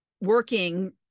working